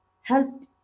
helped